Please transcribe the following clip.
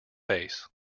face